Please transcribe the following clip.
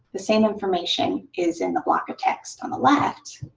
the same information is in the block of text on the left,